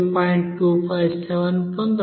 257 పొందవచ్చు